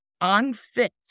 unfit